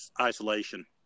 isolation